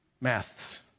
Maths